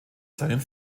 seinen